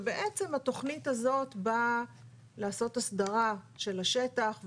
ובעצם התכנית הזאת באה לעשות הסדרה של השטח,